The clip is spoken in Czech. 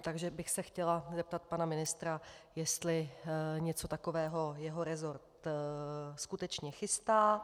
Takže bych se chtěla zeptat pana ministra, jestli něco takového jeho resort skutečně chystá.